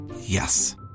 Yes